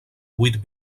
vuit